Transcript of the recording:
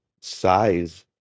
size